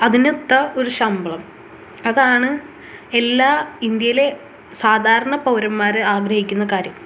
അതിനൊത്ത ഒരു ശമ്പളം അതാണ് എല്ലാ ഇന്ത്യയിലെ സാധാരണ പൗരന്മാർ ആഗ്രഹിക്കുന്ന കാര്യം